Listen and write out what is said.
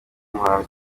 muhanzi